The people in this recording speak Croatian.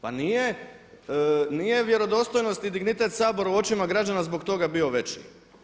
Pa nije vjerodostojnost i dignitet Sabora u očima građana zbog toga bio veći.